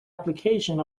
application